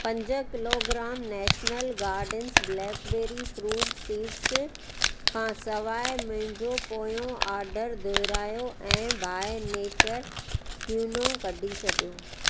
पंज kilogram national gardens blackberry fruit seeds खां सवाइ मुंहिंजो पोयों ऑडरु दुहिरायो ऐं बाइ नेचर क्यूनो कढी छॾियो